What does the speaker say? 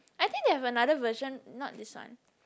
I think they have another version not this one